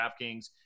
DraftKings